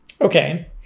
Okay